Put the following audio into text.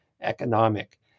economic